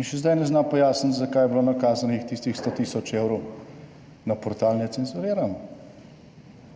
In še zdaj ne zna pojasniti, zakaj je bilo nakazanih tistih 100 evrov na portal Necenzurirano.